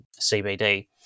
cbd